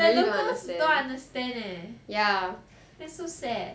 ya they always don't understand eh that's so sad